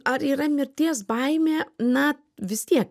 ar yra mirties baimė na vis tiek